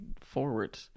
forward